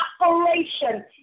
operation